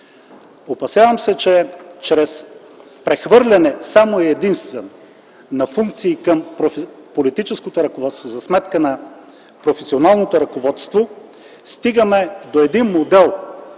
Опасявам се, че чрез прехвърляне само и единствено на функции към политическото ръководство за сметка на професионалното ръководство стигаме до един модел